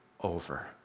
over